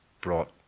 brought